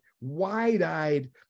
wide-eyed